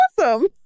awesome